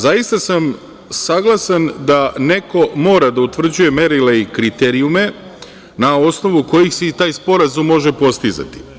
Zaista sam saglasan da neko mora da utvrđuje merila i kriterijume na osnovu kojih se i taj sporazum može postizati.